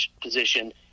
position